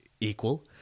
equal